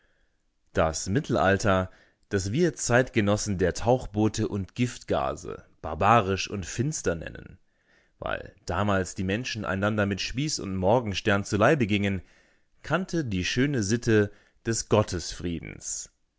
das mittelalter das wir zeitgenossen der tauchboote und giftgase barbarisch und finster nennen weil damals die menschen einander mit spieß und morgenstern zu leibe gingen kannte die schöne sitte des